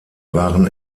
waren